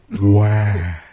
Wow